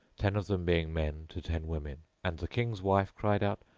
ten of them being men to ten women, and the king's wife cried out,